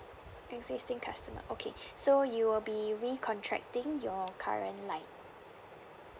existing customer okay so you will be recontracting your current line